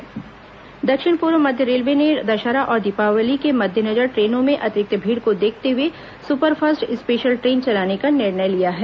special train दक्षिण पूर्व मध्य रेलवे ने दशहरा और दीपावली के मद्देनजर ट्रेनों में अतिरिक्त भीड़ को देखते हए सुपरफास्ट स्पेशल ट्रेन चलाने का निर्णय लिया है